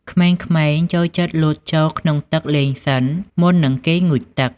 ក្មេងៗចូលចិត្តលោតចូលក្នុងទឹកលេងសិន មុននឹងគេងូតទឹក។